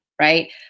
right